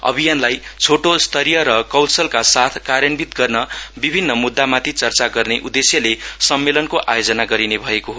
अभियानलाई छिटो स्तरीय र कौशलका साथ कायान्वित गर्न विभिन्न मुद्दामाथि चर्चा गर्ने उद्देश्यले सम्मेलनको आयोजना गरिने भएको हो